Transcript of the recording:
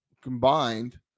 combined